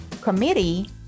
committee